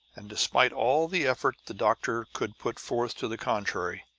and despite all the effort the doctor could put forth to the contrary,